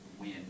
win